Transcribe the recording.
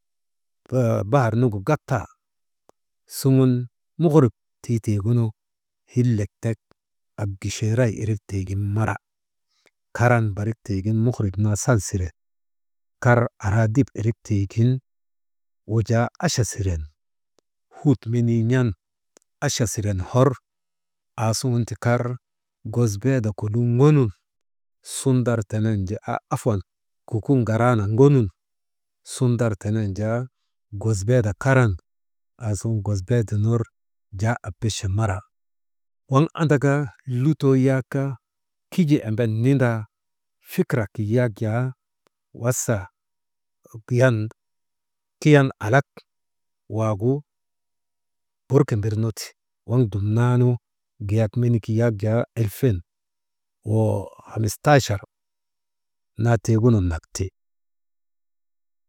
Bahar nugu gata suŋun muhirib tiitiigunu, hillek tek abgicheeray irik tiigin mara, karan barik tiigin muhirip naa salsiren, kar araadip irik tiigin wujaa acha siren hut menii n̰an acha siren hor, aasuŋun ti kar gosbeeda koluu ŋonun sundar tenen jaa afuwan kuukuŋaraana ŋonun sundar tenen jaa gosbeeda karan aasuŋun gosbeeda ner jaa ebeche mara. Waŋ andaka lutoo yak kijii emben nindaa, fikirak yak jaa wasa «hesitation» Kiyan alak waagu bur kimbirnuti waŋ dumnaanu kayak menik yak jaa elfen hamistaachar naa tiigunun nak ti.